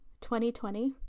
2020